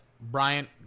Bryant